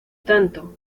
tanto